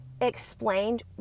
explained